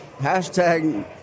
hashtag